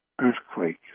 earthquake